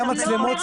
היה מצלמות,